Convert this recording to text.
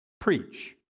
preach